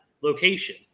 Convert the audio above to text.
location